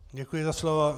Děkuji za slovo.